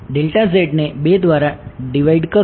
delta z ને 2 દ્વારા divide કરો